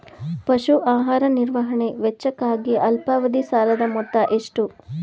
ಪಶು ಆಹಾರ ನಿರ್ವಹಣೆ ವೆಚ್ಚಕ್ಕಾಗಿ ಅಲ್ಪಾವಧಿ ಸಾಲದ ಮೊತ್ತ ಎಷ್ಟು?